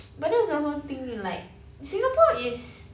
but that was the whole thing like singapore is